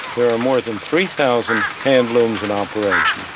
there are more than three thousand handlooms in operation.